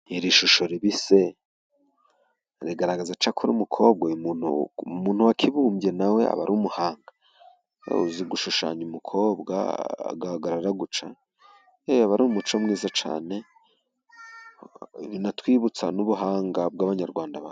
Iri shusho ribi se! Riragaragaza cyakora umukobwa. Umuntu wakibumbye na we aba ari umuhanga. Uzi gushushanya umukobwa agahagarara gutya? Eee! Aba ari umuco mwiza cyane , binatwibutsa n'ubuhanga bw'Abanyarwamda.